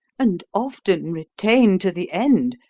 and often retain to the end,